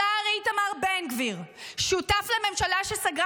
השר איתמר בן גביר שותף לממשלה שסגרה